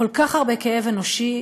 כל כך הרבה כאב אנושי,